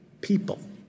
people